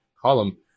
column